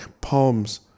palms